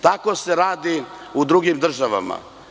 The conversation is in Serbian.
Tako se radi u drugim državama.